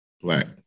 Black